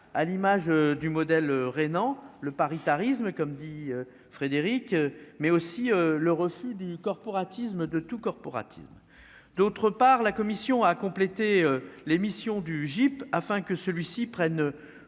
à l'image du modèle rhénan, le paritarisme comme dit Frédéric mais aussi l'heure aussi du corporatisme de tout corporatisme, d'autre part, la Commission a complété l'émission du GIP, afin que celui-ci prenne